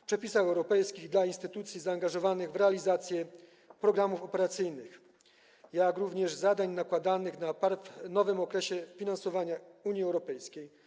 w przepisach europejskich dla instytucji zaangażowanych w realizację programów operacyjnych, jak również zadań nakładanych w nowym okresie finansowania Unii Europejskiej.